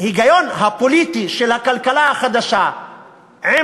ההיגיון הפוליטי של הכלכלה החדשה עם